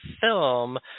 film